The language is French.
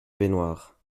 baignoire